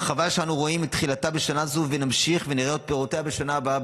הרחבה שאנו רואים את תחילתה בשנה זו ונמשיך ונראה את פירותיה בשנה הבאה,